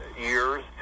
years